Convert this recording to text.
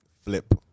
flip